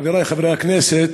חברי חברי הכנסת,